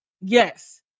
Yes